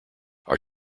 are